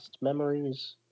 Memories